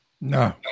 No